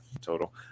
total